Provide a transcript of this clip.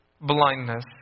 blindness